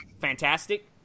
Fantastic